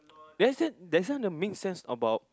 Ben said doesn't the make sense about